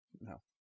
No